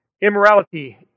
Immorality